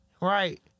right